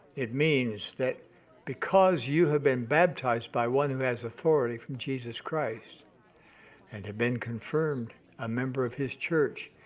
it means that because you have been baptized by one who has authority from jesus christ and have been confirmed a member of his church,